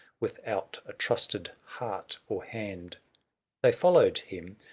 without a trusted heart or hand they followed him,